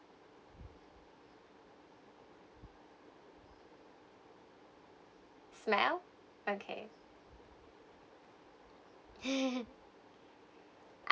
smell okay